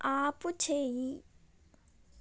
ఆపుచేయి